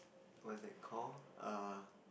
what's that call err